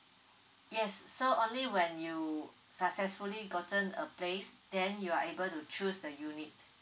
yes so only when you successfully gotten a place then you are able to choose the unit